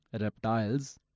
reptiles